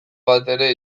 batere